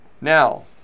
now